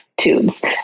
tubes